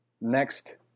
next